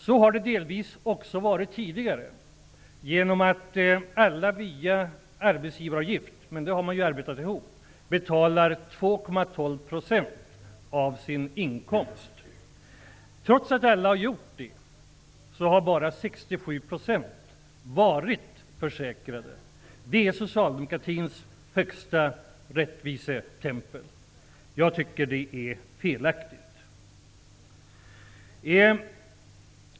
Så har det delvis också varit tidigare genom att alla via arbetsgivargift -- den har man ju arbetat ihop -- betalar 2,12 % av sin inkomst. Trots att alla har gjort det har bara 67 % varit försäkrade. Det är socialdemokratins högsta rättvisetempel! Jag tycker att det är felaktigt.